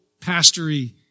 pastory